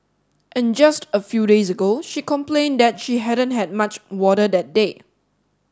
and just a few days ago she complained that she hadn't had much water that day